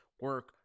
Work